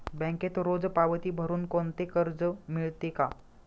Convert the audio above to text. बँकेत रोज पावती भरुन कोणते कर्ज मिळते का?